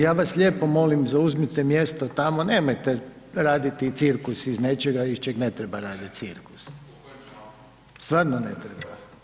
Ja vas lijepo molim zauzmite mjesto tamo, nemojte raditi cirkus iz nečega iz čeg ne treba raditi cirkus, stvarno ne treba.